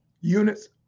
units